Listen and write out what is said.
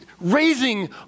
raising